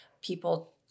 people